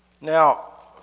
Now